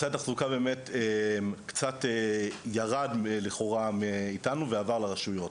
קצת ירד מאיתנו ועבר לרשויות.